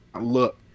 look